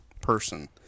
person